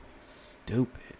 stupid